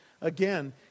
again